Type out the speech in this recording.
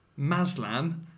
Maslam